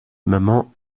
maman